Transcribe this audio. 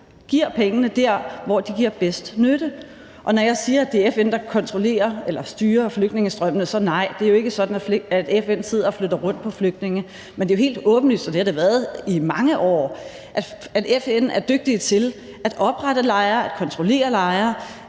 giver pengene der, hvor de giver bedst nytte. Og i forhold til at jeg siger, at det er FN, der styrer flygtningestrømmene, vil jeg sige: Nej, det er jo ikke sådan, at FN sidder og flytter rundt på flygtninge. Men det er jo helt åbenlyst, og det har det været i mange år, at FN er dygtige til at oprette lejre, til at kontrollere lejre